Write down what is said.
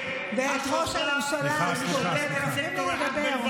בניגוד אלייך אני שירתי את כל האזרחים.